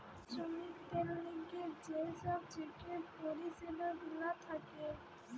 শ্রমিকদের লিগে যে সব চেকের পরিষেবা গুলা থাকে